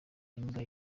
imbwa